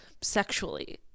sexually